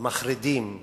המחרידים,